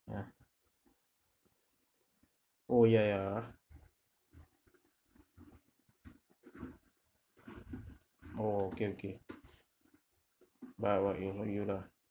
ya oh ya ya oh okay okay but what you not you lah